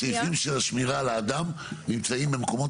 הסעיפים של השמירה על האדם נמצאים במקומות